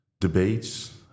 debates